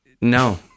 No